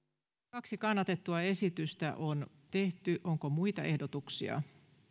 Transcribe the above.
kaksi kannatettua esitystä on tehty onko muita ehdotuksia